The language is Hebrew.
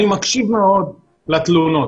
אני מקשיב מאוד לתלונות.